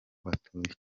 batuye